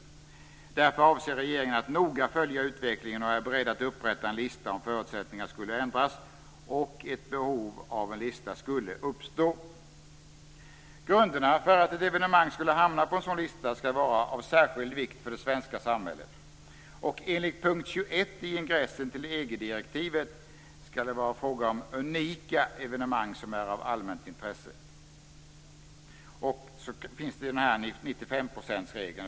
Därför avser regeringen att noga följa utvecklingen och är beredd att upprätta en lista om förutsättningarna skulle ändras och ett behov av en lista skulle uppstå. Grunderna för att ett evenemang skulle hamna på en sådan lista skall vara av särskild vikt för det svenska samhället. Enligt punkt 21 i ingressen till EG-direktivet skall det vara fråga om unika evenemang som är av allmänt intresse.